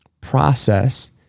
process